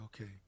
okay